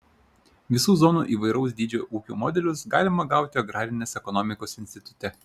visų zonų įvairaus dydžio ūkių modelius galima gauti agrarinės ekonomikos institute